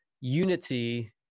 Unity